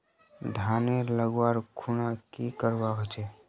धानेर लगवार खुना की करवा होचे?